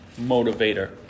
motivator